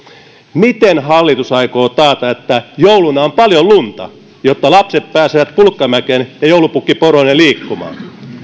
miten hallitus aikoo taata että jouluna on paljon lunta jotta lapset pääsevät pulkkamäkeen ja joulupukki poroineen liikkumaan